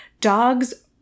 dogs